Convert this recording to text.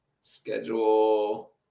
schedule